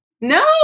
No